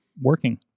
working